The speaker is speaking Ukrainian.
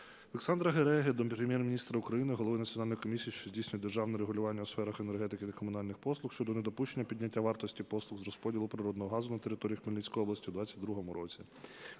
Олександра Гереги до Прем'єр-міністра України, Голови Національної комісії, що здійснює державне регулювання у сферах енергетики та комунальних послуг, щодо недопущення підняття вартості послуг з розподілу природного газу на території Хмельницької області у 22-му році.